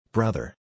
Brother